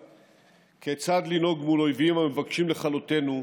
כיצד לנהוג מול אויבים המבקשים לכלותנו,